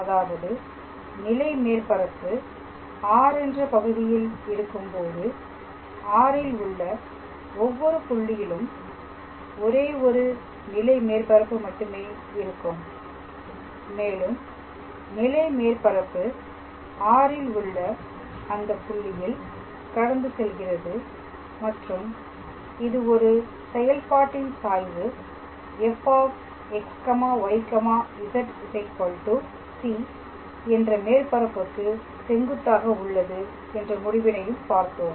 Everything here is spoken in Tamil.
அதாவது நிலை மேற்பரப்பு R என்ற பகுதியில் இருக்கும் போது R ல் உள்ள ஒவ்வொரு புள்ளியிலும் ஒரே ஒரு நிலை மேற்பரப்பு மட்டுமே இருக்கும் மேலும் நிலை மேற்பரப்பு R ல் உள்ள அந்த புள்ளியில் கடந்து செல்கிறது மற்றும் இது ஒரு செயல்பாட்டின் சாய்வு fxyz c என்ற மேற்பரப்புக்கு செங்குத்தாக உள்ளது என்ற முடிவினையும் பார்த்தோம்